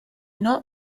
not